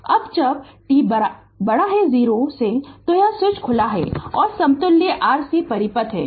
अब जब t 0 switch खुला है और समतुल्य rc परिपथ है